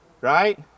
Right